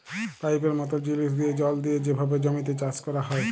পাইপের মতল জিলিস দিঁয়ে জল দিঁয়ে যেভাবে জমিতে চাষ ক্যরা হ্যয়